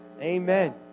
Amen